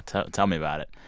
tell tell me about it.